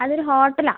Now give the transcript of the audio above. അതൊരു ഹോട്ടൽ ആണ്